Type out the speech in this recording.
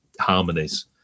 harmonies